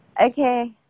okay